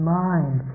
mind